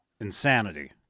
insanity